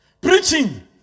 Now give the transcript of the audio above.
preaching